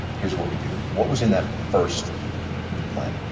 here's what we do. what was in that first plan?